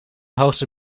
hoogste